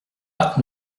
pas